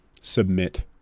submit